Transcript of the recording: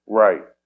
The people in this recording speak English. right